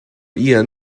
ian